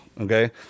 Okay